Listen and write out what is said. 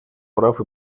прав